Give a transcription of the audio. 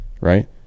right